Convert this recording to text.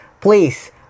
please